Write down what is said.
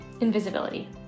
invisibility